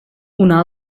una